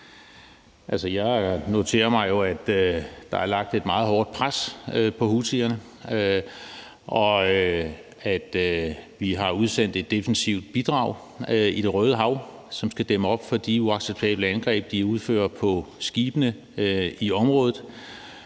Jeg noterer mig jo, at der er lagt et meget hårdt pres på houthierne, og at vi har udsendt et defensivt bidrag i Det Røde Hav, som skal dæmme op for de uacceptable angreb, de udfører på skibene i området.